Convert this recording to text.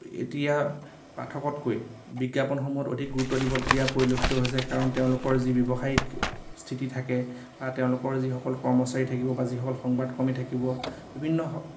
এতিয়া পাঠকতকৈ বিজ্ঞাপনসমূহত অধিক গুৰুত্ব দিব দিয়া পৰিলক্ষিত হৈছে কাৰণ তেওঁলোকৰ যি ব্যৱসায়িক স্থিতি থাকে বা তেওঁলোকৰ যিসকল কৰ্মচাৰী থাকিব বা যিসকল সংবাদকৰ্মী থাকিব বিভিন্ন